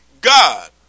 God